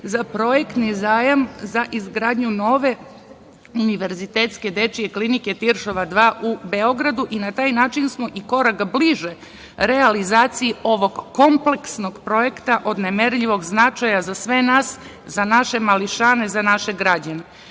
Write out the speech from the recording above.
za projektni zajam za izgradnju nove univerzitetske dečije klinike Tiršova 2 u Beogradu. Na taj način smo i korak bliže realizaciji ovog kompleksnog projekta od nemerljivog značaja za sve nas, za naše mališane, za naše